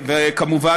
וכמובן,